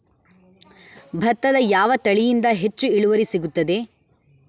ಭತ್ತದ ಯಾವ ತಳಿಯಿಂದ ಹೆಚ್ಚು ಇಳುವರಿ ಸಿಗುತ್ತದೆ?